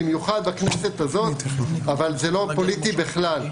במיוחד בכנסת הזאת אבל זה לא פוליטי בכלל.